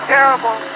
Terrible